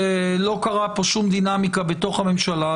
שלא קרתה פה שום דינמיקה בתוך הממשלה,